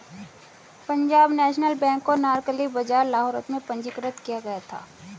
Punjab National Bank को अनारकली बाजार लाहौर में पंजीकृत किया गया था